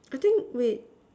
the thing wait